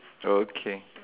okay